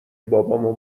بابامو